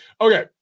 Okay